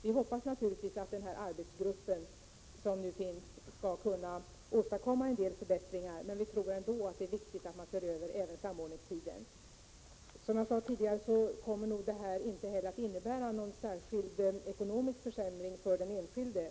Vi hoppas naturligtvis att den arbetsgrupp som nu finns skall kunna åstadkomma en del förbättringar, men vi tror ändå att det är viktigt att man ser över även samordningstiden. Som jag sade tidigare kommer detta inte heller att innebära någon särskild ekonomisk försämring för den enskilde.